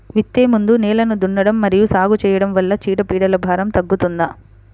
విత్తే ముందు నేలను దున్నడం మరియు సాగు చేయడం వల్ల చీడపీడల భారం తగ్గుతుందా?